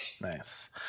Nice